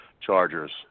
Chargers